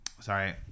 sorry